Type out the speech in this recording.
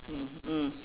mm mm